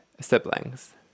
siblings